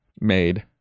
made